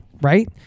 right